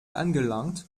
angelangt